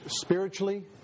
spiritually